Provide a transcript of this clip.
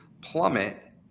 plummet